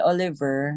Oliver